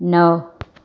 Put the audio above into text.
नव